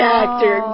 actor